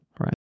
right